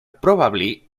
probably